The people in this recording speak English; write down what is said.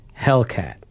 Hellcat